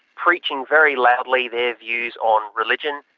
preaching very loudly their views on religion,